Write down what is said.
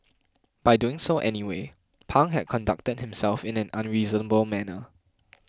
by doing so anyway Pang had conducted himself in an unreasonable manner